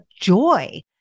joy